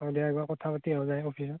বাৰু দে একবাৰ কথা পাতি আহোঁ যায় অফিচত